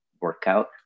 workout